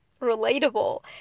relatable